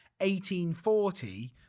1840